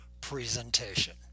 presentation